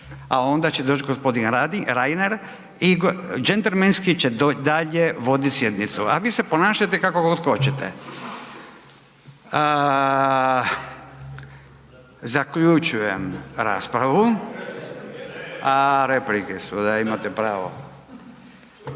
a onda će doć gospodin Reiner i džentlmenski će dalje voditi sjednicu, a vi se ponašajte kako god hoćete. Zaključujem raspravu. A replike su, da imate pravo.